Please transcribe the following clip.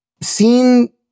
seen